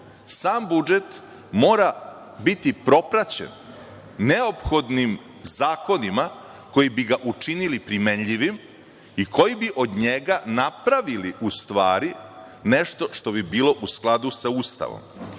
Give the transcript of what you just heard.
Sam budžet mora biti propraćen neophodnim zakonima koji bi ga učinili primenljivi i koji bi od njega napravili nešto što bi bilo u skladu sa Ustavom. Ovaj